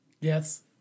Yes